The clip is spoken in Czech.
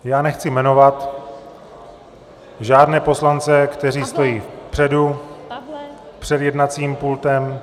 Já nechci jmenovat žádné poslance, kteří stojí vpředu před jednacím pultem.